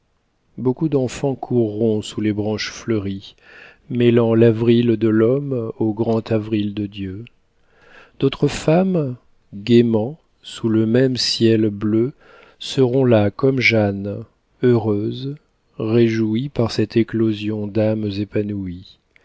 beaucoup d'enfants courront sous les branches fleuries mêlant l'avril de l'homme au grand avril de dieu d'autres femmes gaîment sous le même ciel bleu seront là comme jeanne heureuses réjouies par cette éclosion d'âmes épanouies